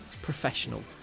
Professional